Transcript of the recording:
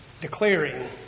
declaring